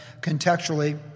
contextually